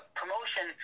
promotion